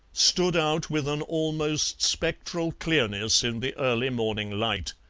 stood out with an almost spectral clearness in the early morning light,